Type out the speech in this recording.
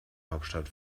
hauptstadt